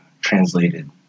translated